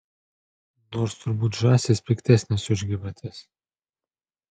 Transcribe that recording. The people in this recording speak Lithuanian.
nors turbūt žąsys piktesnės už gyvates